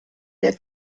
der